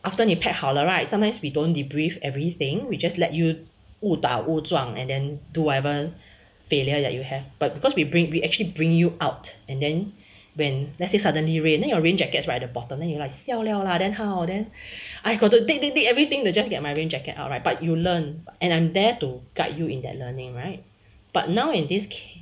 after 你 pack 了好 right sometimes we don't debrief everything we just let you 误打误撞 and then do whatever failure that you have but because we bring we actually bring you out and then when let's say suddenly rain then your rain jacket is right at the bottom then you like siao 了 lah then how then I gotta dig dig everything to just get my rain jacket out right but you learn and I'm there to guide you in that learning right but now in this